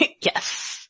Yes